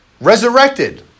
resurrected